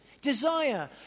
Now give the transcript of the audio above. Desire